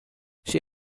she